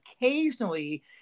occasionally